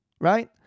right